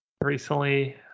Recently